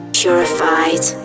purified